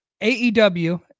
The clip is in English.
AEW